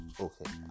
okay